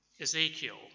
Ezekiel